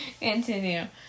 continue